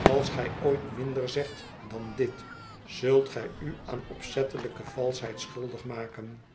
als gij ooit minder zegt dan dit zult gij u aan opzettelijke valschheid schuldig maken